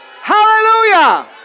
Hallelujah